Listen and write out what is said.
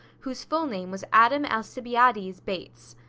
whose full name was adam alcibiades bates.